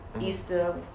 Easter